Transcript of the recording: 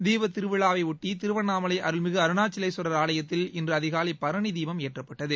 தீபத் திருவிழாவையொட்டி திருவண்ணாமலை அருள்மிகு அருணாச்சலேஸ்வரர் ஆலயத்தில் இன்று அதிகாலை பரணி தீபம் ஏற்றப்பட்டது